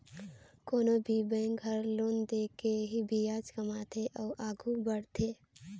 कोनो भी बेंक हर लोन दे के ही बियाज कमाथे अउ आघु बड़थे